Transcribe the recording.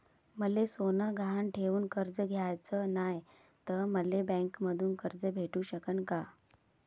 मले सोनं गहान ठेवून कर्ज घ्याचं नाय, त मले बँकेमधून कर्ज भेटू शकन का?